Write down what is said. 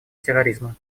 терроризма